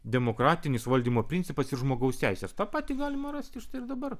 demokratinis valdymo principas ir žmogaus teisės tą patį galima rasti štai ir dabar